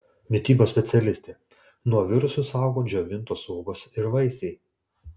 mitybos specialistė nuo virusų saugo džiovintos uogos ir vaisiai